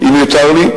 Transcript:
אם יותר לי,